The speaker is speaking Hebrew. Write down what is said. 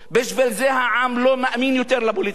בגלל זה העם לא מאמין יותר לפוליטיקאים.